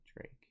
drake